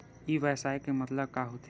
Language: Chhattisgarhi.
ई व्यवसाय मतलब का होथे?